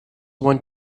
want